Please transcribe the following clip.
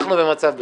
אנחנו במצב בסדר.